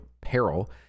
peril